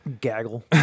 Gaggle